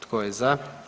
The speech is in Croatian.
Tko je za?